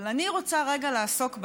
אבל אני רוצה רגע לעסוק בתוכן.